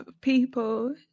people